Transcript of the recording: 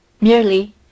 merely